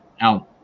out